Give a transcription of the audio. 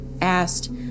asked